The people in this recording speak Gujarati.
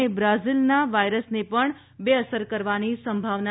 અને બ્રાઝિલના વાયરસને પણ બેઅસર કરવાની સંભાવના છે